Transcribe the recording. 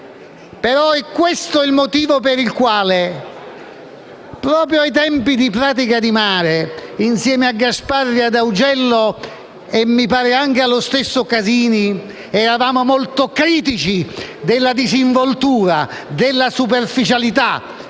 Però è questo il motivo per il quale, proprio ai tempi di Pratica di Mare, insieme a Gasparri, ad Augello e mi pare anche allo stesso Casini, eravamo molto critici circa la disinvoltura e la superficialità